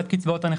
קצבאות הנכות.